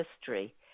History